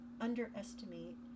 underestimate